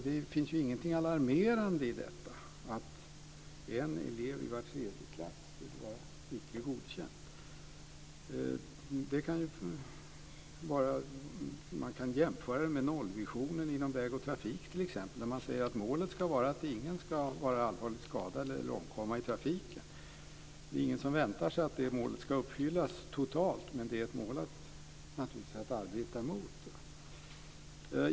Det finns inget alarmerande i detta att en elev i var tredje klass får icke godkänt. Man kan jämföra med t.ex. nollvisionen inom vägtrafiken. Man säger att målet ska vara att ingen ska bli allvarligt skadad eller omkomma i trafiken. Det är ingen som väntar sig att det målet ska uppfyllas totalt, men det är naturligtvis ett mål att arbeta mot.